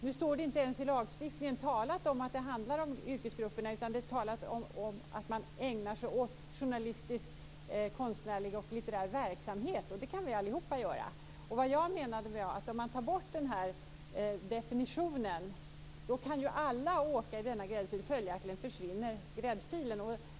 Nu står det i lagstiftningen inte ens talat om att det handlar om dessa yrkesgrupper. Det talas om dem som ägnar sig åt journalistisk, konstnärlig och litterär verksamhet. Det kan vi alla göra. Vad jag menade var att om man tar bort den här definitionen kan alla åka i denna gräddfil. Följaktligen försvinner gräddfilen.